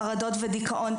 חרדות ודיכאון.